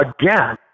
Again